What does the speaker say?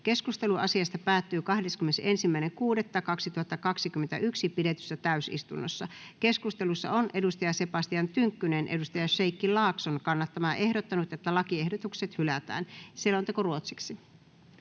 Keskustelu asiasta päättyi 21.6.2021 pidetyssä täysistunnossa. Keskustelussa on Sebastian Tynkkynen Sheikki Laakson kannattamana ehdottanut, että lakiehdotukset hylätään. [Speech 10] Speaker: